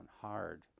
hard